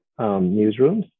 newsrooms